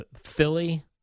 Philly